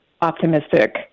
optimistic